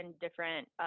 different